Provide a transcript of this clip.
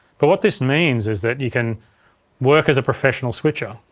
but what this means is that you can work as a professional switcher.